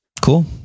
Cool